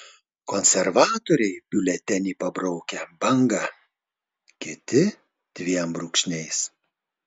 konservatoriai biuletenį pabraukia banga kiti dviem brūkšniais